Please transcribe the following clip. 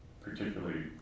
particularly